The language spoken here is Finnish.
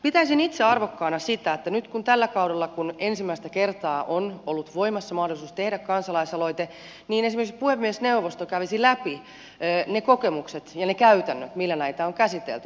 pitäisin itse arvokkaana sitä että nyt tällä kaudella kun ensimmäistä kertaa on ollut voimassa mahdollisuus tehdä kansalaisaloite esimerkiksi puhemiesneuvosto kävisi läpi ne kokemukset ja ne käytännöt millä näitä on käsitelty